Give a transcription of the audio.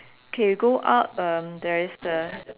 okay go up um there is the